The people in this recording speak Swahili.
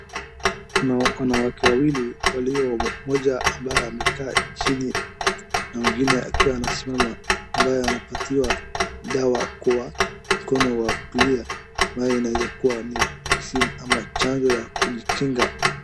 Kuna wanawake wawili walio, mmoja ambaye amekaa chini na mwingine akiwa anasimama ambaye anapatiwa dawa kwa mkono wa kulia ambayo inaweza kuwa ni vaccine ama chanjo ya kujikinga.